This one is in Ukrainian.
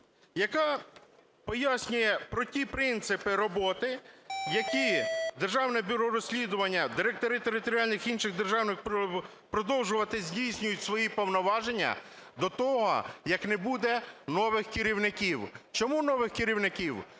яка пояснює про ті принципи роботи, які Державне бюро розслідування, директори територіальних інших державних… продовжують здійснювати свої повноваження до того, як не буде нових керівників. Чому нових керівників?